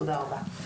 תודה רבה.